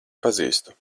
pazīstu